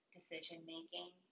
decision-making